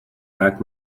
liked